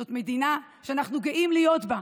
זאת מדינה שאנחנו גאים להיות בה,